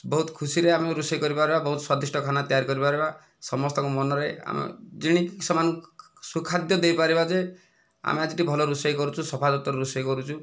ବହୁତ ଖୁସିରେ ଆମେ ରୋଷେଇ କରିପାରିବା ବହୁତ ସ୍ଵାଦିଷ୍ଟ ଖାନା ତିଆରି କରିପାରିବା ସମସ୍ତଙ୍କ ମନରେ ଆମେ ଜିଣିକି ସେମାନଙ୍କୁ ସୁଖାଦ୍ୟ ଦେଇପାରିବା ଯେ ଆମେ ଆଜି ଟିକେ ଭଲ ରୋଷେଇ କରୁଛୁ ସଫା ସୁତରା ରୋଷେଇ କରୁଛୁ